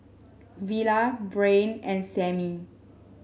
Villa Brain and Samie